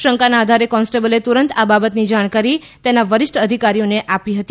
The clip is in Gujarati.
શંકાના આધારે કોન્સ્ટેબલે તુરંત આ બાબતની જાણકારી તેના વરિષ્ઠ અધિકારીઓને આપી હતી